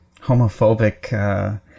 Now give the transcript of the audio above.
homophobic